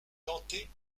tenter